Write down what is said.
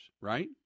right